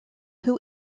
who